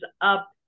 up